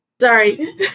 Sorry